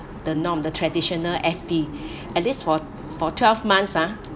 the norm the traditional F_D at least for for twelve months ah